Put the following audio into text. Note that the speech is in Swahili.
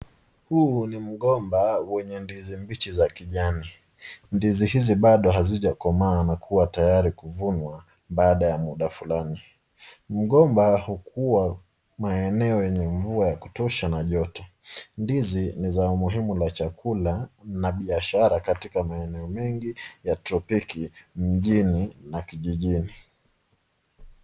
Huu ni mgomba wenye ndizi mbichi za kijani. Ndizi hizi bado hazijakomaa na kuwa tayari kuvunwa baada ya muda fulani. Mgomba hukua maeneo yenye mvua ya kutosha na joto. Ndizi ni za umuhimu la chakula na biashara katika maeneo mingi ya tropiki, mijini na kijijini.